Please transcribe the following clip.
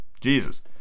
Jesus